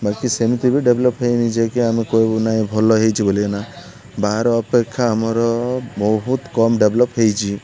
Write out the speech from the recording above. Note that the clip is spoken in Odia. ବାକି ସେମିତି ବି ଡ଼େଭଲପ୍ ହୋଇନି ଯେ କିି ଆମେ କହିବୁ ନାଇଁ ଭଲ ହୋଇଛି ବୋଲିକିନା ବାହାର ଅପେକ୍ଷା ଆମର ବହୁତ କମ୍ ଡ଼େଭଲପ୍ ହୋଇଛି